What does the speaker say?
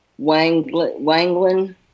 Wanglin